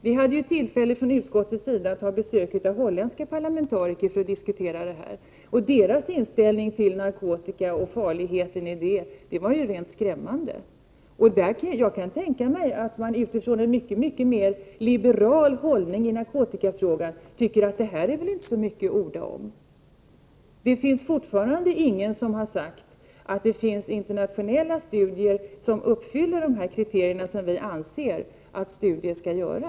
Vi hade ju från utskottets sida tillfälle att ta emot besök av holländska parlamentariker för att diskutera detta. Deras inställning till narkotika och narkotikas farlighet var rent skrämmande. Jag kan tänka mig att man med utgångspunkt i en mycket mer liberal hållning i narkotikafrågan tycker att det här väl inte är så mycket att orda om. Det är fortfarande ingen som har hävdat att det finns internationel — Prot. 1988/89:105 la studier som uppfyller de kriterier som vi anser att studier skall uppfylla.